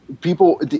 people